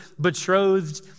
betrothed